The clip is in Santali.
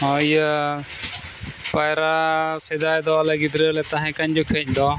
ᱦᱚᱸ ᱤᱭᱟᱹ ᱯᱟᱭᱨᱟ ᱥᱮᱫᱟᱭ ᱫᱚ ᱟᱞᱮ ᱜᱤᱫᱽᱨᱟᱹ ᱞᱮ ᱛᱟᱦᱮᱸ ᱠᱟᱱ ᱡᱚᱠᱷᱮᱡ ᱫᱚ